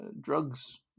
drugs